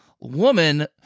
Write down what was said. woman